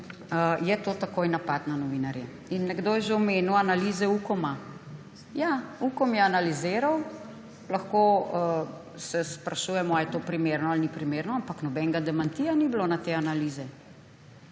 je to takoj napad na novinarje. In nekdo je že omenil analize Ukoma. Ja, Ukom je analiziral, lahko se sprašujemo, ali je to primerno ali ni primerno, ampak nobenega demantija ni bilo na te analize.